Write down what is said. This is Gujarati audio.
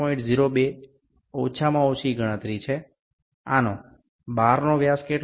02 ઓછામાં ઓછી ગણતરી છે આનો બહારનો વ્યાસ કેટલો છે